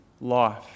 life